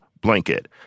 blanket